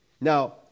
Now